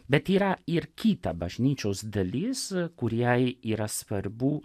bet yra ir kita bažnyčios dalis kuriai yra svarbu